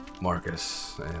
Marcus